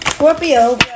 Scorpio